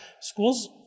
School's